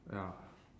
ya